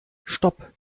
stopp